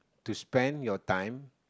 to spend your time